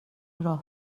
راه